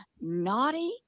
Naughty